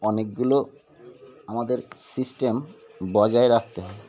অনেকগুলো আমাদের সিস্টেম বজায় রাখতে হয়